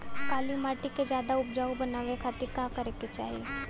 काली माटी के ज्यादा उपजाऊ बनावे खातिर का करे के चाही?